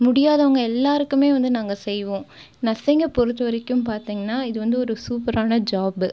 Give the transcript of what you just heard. முடியாதவங்கள் எல்லாேருக்குமே வந்து நாங்கள் செய்வோம் நர்சிங்கை பொறுத்த வரைக்கும் பார்த்தீங்கன்னா இது வந்து ஒரு சூப்பரான ஜாப்பு